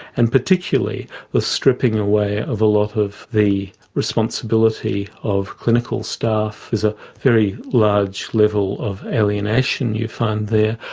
and particularly the stripping away of a lot of the responsibility of clinical staff is a very large level of alienation you find there.